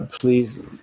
please